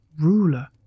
Ruler